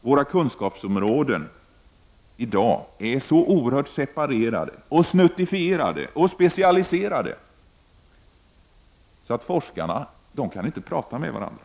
Våra kunskapsområden är i dag så oerhört separerade och snuttifierade och specialiserade att forskarna inte kan prata med varandra